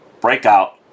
breakout